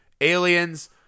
aliens